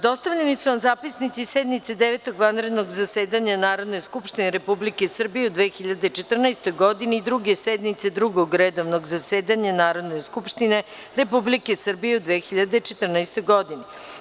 Dostavljeni su vam zapisnici sednice Devetog vanrednog zasedanja Narodne skupštine Republike Srbije u 2014. godini i Druge sednice redovnog zasedanja Narodne skupštine Republike Srbije u 2014. godini.